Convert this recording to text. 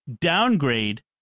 downgrade